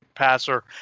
passer